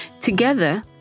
Together